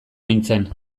nintzen